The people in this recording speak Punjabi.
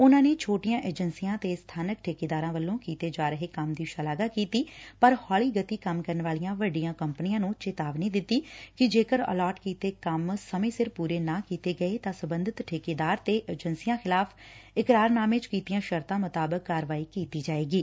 ਉਨਾਂ ਨੇ ਛੋਟੀਆਂ ਏਜੰਸੀਆਂ ਤੇ ਸਬਾਨਕ ਠੇਕੇਦਾਰਾਂ ਵੱਲੋਂ ਕੀਤੇ ਜਾ ਰਹੇ ਕੰਮ ਦੀ ਸ਼ਲਾਘਾ ਕੀਤੀ ਪਰ ਹੋਲੀ ਗਤੀ ਕੰਮ ਕਰਨ ਵਾਲੀਆਂ ਵੱਡੀਆਂ ਕੰਪਨੀਆਂ ਨੂੰ ਚੇਤਾਵਨੀ ਦਿੱਤੀ ਕਿ ਜੇਕਰ ਅਲਾਟ ਕੀਤੇ ਕੰਮ ਸਮੇਂ ਸਿਰ ਪੂਰੇ ਨਾ ਕੀਤੇ ਗਏ ਤਾ ਸਬੰਧਤ ਠੇਕੇਦਾਰਾ ਤੇ ਏਜੰਸੀਆਂ ਖਿਲਾਫ਼ ਇਕਰਾਰਨਾਮੇ ਚ ਕੀਤੀਆਂ ਸ਼ਰਤਾ ਮੁਤਾਬੱਕ ਕਾਰਵਾਈ ਕੀਤੀ ਜਾਵੇਗੀ